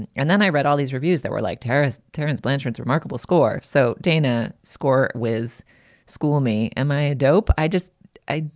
and and then i read all these reviews that were like terrorist terence blanchard's remarkable score. so dana score was school me? am i a dope? i just i,